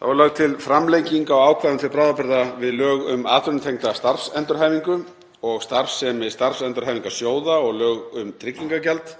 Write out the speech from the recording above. Lögð er til framlenging á ákvæðum til bráðabirgða við lög um atvinnutengda starfsendurhæfingu og starfsemi starfsendurhæfingarsjóða og lög um tryggingagjald